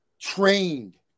trained